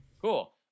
Cool